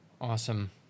Awesome